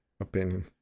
opinion